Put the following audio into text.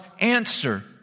answer